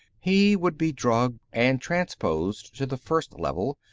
he would be drugged and transposed to the first level,